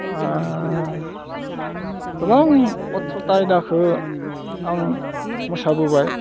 गोबां अथ्र'था आयदाखौ आं मोसाबोबाय